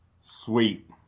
Sweet